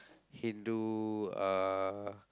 Hindu uh